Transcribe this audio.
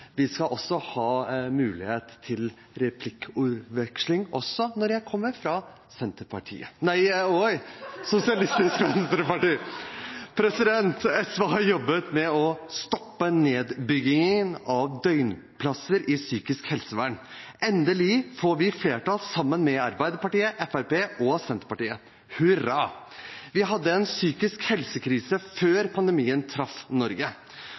vi skal også ha mulighet til replikkordskifte, selv om jeg kommer fra Senterpartiet – nei, jeg mener Sosialistisk Venstreparti! SV har jobbet med å stoppe nedbyggingen av døgnplasser i psykisk helsevern. Endelig får vi flertall sammen med Arbeiderpartiet, Fremskrittspartiet og Senterpartiet. Hurra! Vi hadde en psykisk helsekrise før pandemien traff Norge.